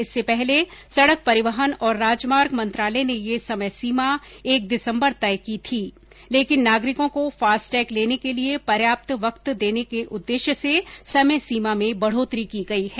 इससे पहले सड़क परिवहन और राजमार्ग मंत्रालय ने यह समयसीमा एक दिसंबर तय की थी लेकिन नागरिकों को फास्ट टैग लेने के लिए पर्याप्त वक्त देने के उददेश्य से समय सीमा में बढोतरी की गई है